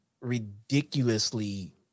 ridiculously